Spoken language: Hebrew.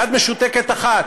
יד משותקת אחת,